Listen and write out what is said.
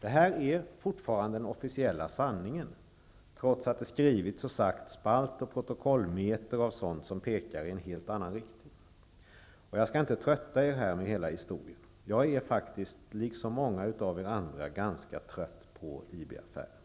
Detta är fortfarande den officiella sanningen, trots att det skrivits och sagts spalt och protokollmeter av sådant som pekar i en helt annan riktning. Jag skall inte trötta er med hela historien. Jag är faktiskt, liksom många andra, ganska trött på IB affären